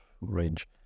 range